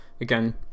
again